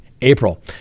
April